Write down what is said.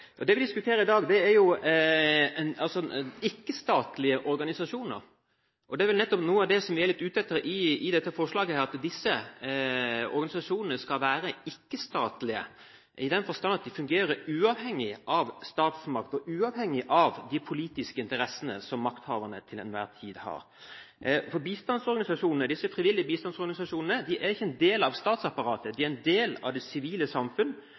var. Det vi diskuterer i dag, er ikke-statlige organisasjoner. Noe av det som vi er litt ute etter med dette forslaget, er nettopp at disse organisasjonene skal være ikke-statlige, i den forstand at de fungerer uavhengig av statsmakt og uavhengig de politiske interessene som makthaverne til enhver tid har. For disse frivillige bistandsorganisasjonene er ikke en del av statsapparatet. De er en del av det sivile samfunn,